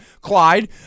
Clyde